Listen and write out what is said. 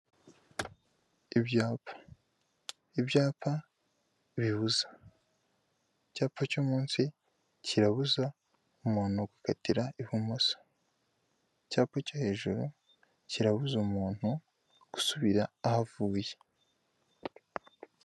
Ibyapa, ibyapa bibuza, icyapa cyo munsi kirabuza umuntu gukatira ibumoso, icyapa cyo hejuru kirabuza umuntu gusubira aho avuye.